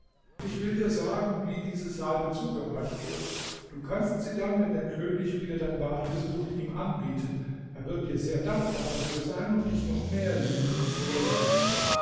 ich will dir sagen wie diese salbe zubereitet wird du kannst sie dann wenn der könig wieder dein bad besucht ihm anbieten er wird dir sehr dankbar dafür sein und dich noch mehr lieben und ehren